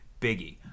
Biggie